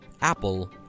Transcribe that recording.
apple